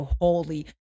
holy